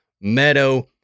meadow